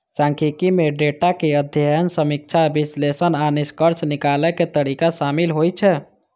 सांख्यिकी मे डेटाक अध्ययन, समीक्षा, विश्लेषण आ निष्कर्ष निकालै के तरीका शामिल होइ छै